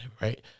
Right